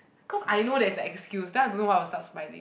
cause I know there's a excuse then I don't know why I will start smiling